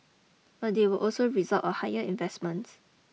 but they will also result a higher investments